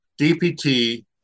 DPT